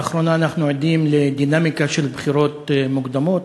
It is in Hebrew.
לאחרונה אנחנו עדים לדינמיקה של בחירות מוקדמות,